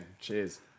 Cheers